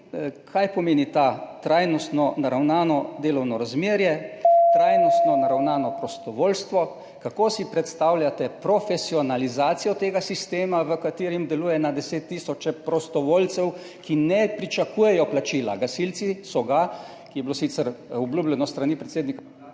Kaj pomeni trajnostno naravnano delovno razmerje? Kaj pomeni trajnostno naravnano prostovoljstvo? Kako si predstavljate profesionalizacijo tega sistema, v katerem deluje na desettisoče prostovoljcev, ki ne pričakujejo plačila? Gasilci so ga, kar je bilo sicer obljubljeno s strani predsednika